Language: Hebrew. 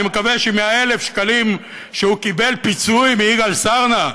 אני מקווה שמ-100,000 השקלים שהוא קיבל פיצויים מיגאל סרנה,